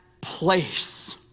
place